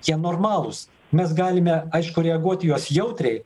jie normalūs mes galime aišku reaguot į juos jautriai